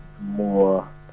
more